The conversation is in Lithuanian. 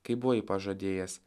kaip buvai pažadėjęs